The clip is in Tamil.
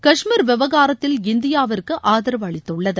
காஷ்மீர் விவகாரத்தில் இந்தியாவிற்கு ஆதரவு அளித்துள்ளது